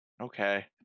Okay